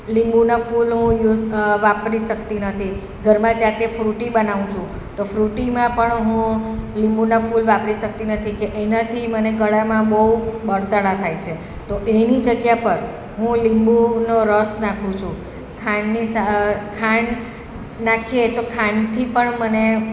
લીંબુના ફૂલ હું યુસ વાપરી શકતી નથી ઘરમાં જાતે ફ્રૂટી બનાવું છું તો ફ્રૂટીમાં પણ હું લીંબુનાં ફૂલ વાપરી શકતી નથી કે એનાથી મને ગળામાં બહુ બળતરા થાય છે તો એની જગ્યા પર હું લીંબુનો રસ નાખું છું ખાંડની ખાંડ નાખીએ તો ખાંડથી પણ મને